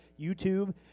YouTube